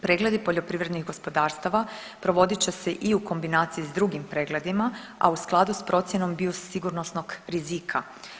Pregledi poljoprivrednih gospodarstava provodit će se i u kombinaciji s drugim pregledima, a u skladu s procjenom biosigurnosnog rizika.